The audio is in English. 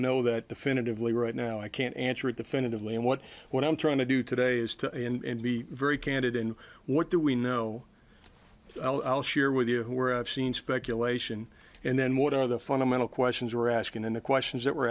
know that definitively right now i can't answer it definitively and what what i'm trying to do today is to and be very candid in what do we know i'll share with you who are have seen speculation and then what are the fundamental questions we're asking and the questions that we're